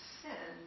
sin